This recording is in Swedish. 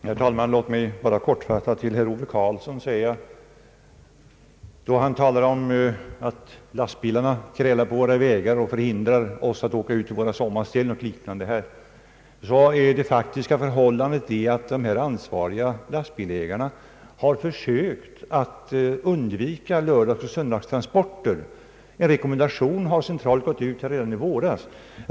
Herr talman! Låt mig kortfattat till herr Ove Karlsson säga att då han talar om att lastbilarna krälar på våra vägar och hindrar oss från att åka ut till våra sommarställen etc., så är det faktiska förhållandet det, att de ansvariga lastbilsägarna försökt undvika lördagsoch söndagstransporter. En rekommendation därom gick ut centralt redan i våras.